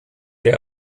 der